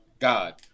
God